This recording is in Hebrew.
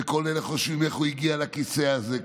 וכל אלה חושבים איך הוא הגיע לכיסא הזה,